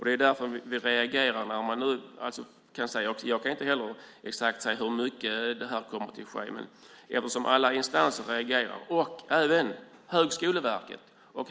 Det är därför som man reagerar nu. Alla instanser reagerar, även Högskoleverket.